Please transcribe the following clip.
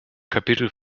kapitel